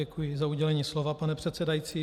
Děkuji za udělení slova, pane předsedající.